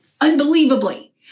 unbelievably